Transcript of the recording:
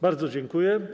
Bardzo dziękuję.